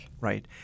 Right